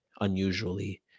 unusually